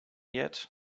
yet